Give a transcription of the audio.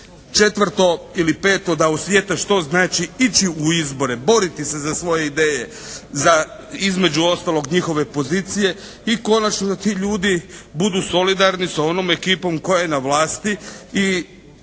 Četvrto ili peto, da osjete što znači ići u izbore, boriti se za svoje ideje, za između ostalog njihove pozicije i konačno da ti ljudi budu solidarni sa onom ekipom koja je na vlasti